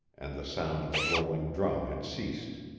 and the sound of the rolling drum had ceased.